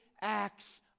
acts